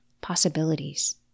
possibilities